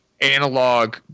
analog